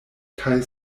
kaj